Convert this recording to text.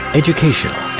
educational